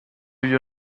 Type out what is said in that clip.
you